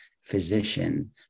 physician